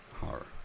Horror